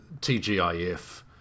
TGIF